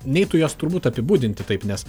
neitų jos turbūt apibūdinti taip nes